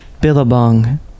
Billabong